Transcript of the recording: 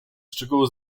szczegóły